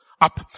up